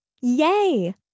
Yay